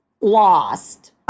lost